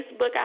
Facebook